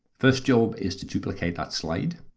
first job is to duplicate that slide.